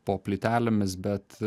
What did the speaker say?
po plytelėmis bet